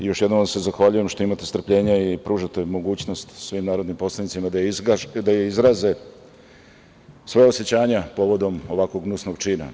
Još jednom vam se zahvaljujem što imate strpljenja i pružate mogućnost svim narodnim poslanicima da izraze svoja osećanja povodom ovakvog gnusnog čina.